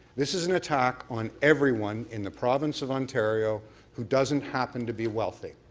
this is an attack on everyone in the province of ontario who doesn't happen to be wealthy.